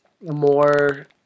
More